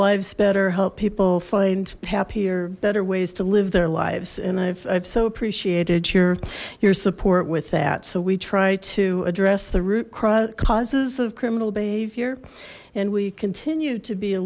lives better help people find happier better ways to live their lives and i've so appreciated your your support with that so we try to address the root causes of criminal behavior and we continue to be a